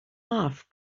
off